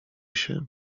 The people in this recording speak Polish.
się